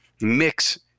mix